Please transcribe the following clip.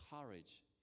courage